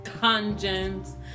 dungeons